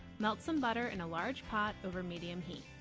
melt some butter in a large pot over medium heat.